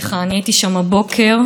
כמו שאמרתי להורים,